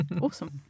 awesome